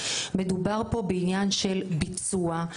מדובר פה בעניין של ביצוע,